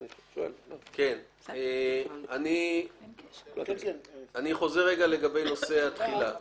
אני חוזר לנושא התחילה.